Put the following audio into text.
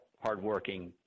hardworking